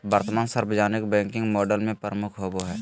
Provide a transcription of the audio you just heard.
वर्तमान सार्वजनिक banking model में प्रमुख होबो हइ